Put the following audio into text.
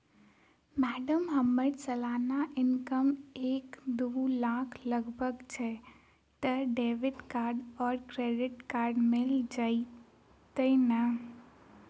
Madam हम्मर सलाना income एक दु लाख लगभग छैय तऽ डेबिट कार्ड आ क्रेडिट कार्ड मिल जतैई नै?